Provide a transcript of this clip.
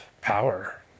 power